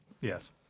Yes